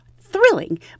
thrilling